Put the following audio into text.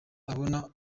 abona